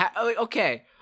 Okay